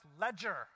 ledger